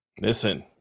Listen